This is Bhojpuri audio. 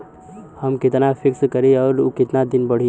हम कितना फिक्स करी और ऊ कितना दिन में बड़ी?